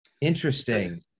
Interesting